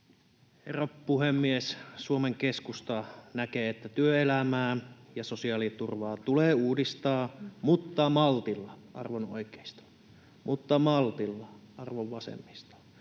Herra puhemies! Suomen Keskusta näkee, että työelämää ja sosiaaliturvaa tulee uudistaa — mutta maltilla, arvon oikeisto, mutta maltilla, arvon vasemmisto.